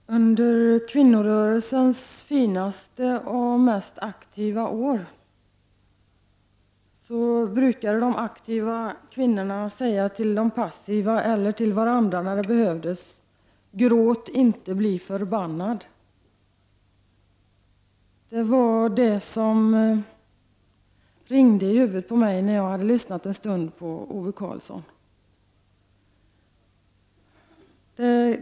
Herr talman! Under kvinnorörelsens finaste och mest intensiva år brukade de aktiva kvinnorna, när det behövdes, säga till de passiva eller till varandra: Gråt inte, bli förbannad! Det var detta som ringde i huvudet på mig när jag hade lyssnat en stund på Ove Karlsson.